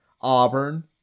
Auburn